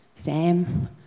Sam